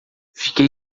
fiquei